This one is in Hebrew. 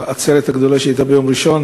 בעצרת הגדולה שהייתה ביום ראשון.